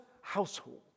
household